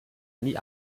mit